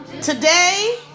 Today